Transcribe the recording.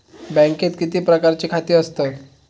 बँकेत किती प्रकारची खाती असतत?